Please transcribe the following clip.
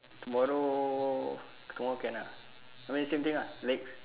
tomorrow tomorrow can lah I mean same thing lah leg